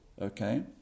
okay